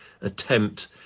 attempt